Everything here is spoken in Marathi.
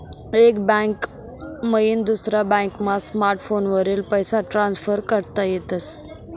एक बैंक मईन दुसरा बॅकमा स्मार्टफोनवरी पैसा ट्रान्सफर करता येतस